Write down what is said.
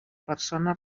persona